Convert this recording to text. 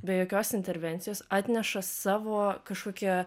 be jokios intervencijos atneša savo kažkokią